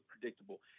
predictable